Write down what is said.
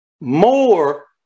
More